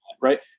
right